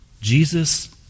Jesus